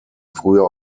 früher